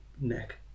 Neck